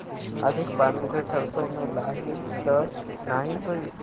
अधिक पानी से सरसो मे लाही त नाही होई?